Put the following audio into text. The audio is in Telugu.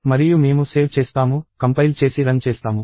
మరియు మేము సేవ్ చేస్తాము కంపైల్ చేసి రన్ చేస్తాము